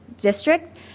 district